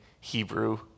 Hebrew